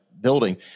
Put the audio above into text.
building